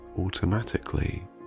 automatically